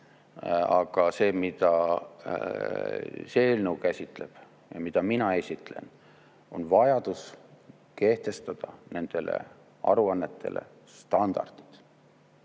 Aga see, mida see eelnõu käsitleb ja mida mina esitlen, on vajadus kehtestada nendele aruannetele standardid,